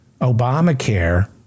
Obamacare